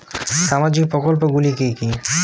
সামাজিক প্রকল্প গুলি কি কি?